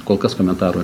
kol kas komentarų